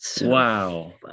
Wow